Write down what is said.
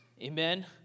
Amen